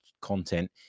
content